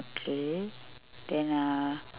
okay then uh